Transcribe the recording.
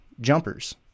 jumpers